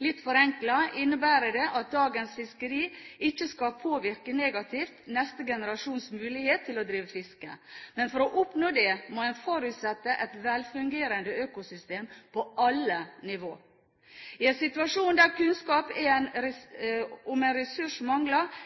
Litt forenklet innebærer det at dagens fiskerier ikke skal påvirke negativt neste generasjons mulighet til å drive fiske. Men for å oppnå det må en forutsette et velfungerende økosystem på alle nivåer. I en situasjon der kunnskap om en ressurs mangler, tilsier bærekraftig forvaltning en